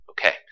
Okay